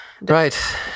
Right